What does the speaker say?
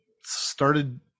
started